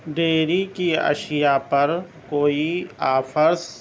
dairy کی اشیاء پر کوئی آفرز